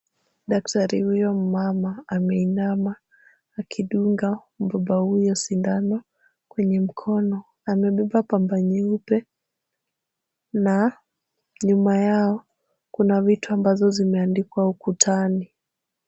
Daktari huyo mmama, ameinama akidunga mbaba huyo sindano. Kwenye mkono, amebeba pamba nyeupe, na nyuma yao kuna vitu ambazo zimeandikwa ukutani.